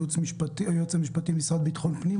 היועץ המשפטי של המשרד לביטחון פנים.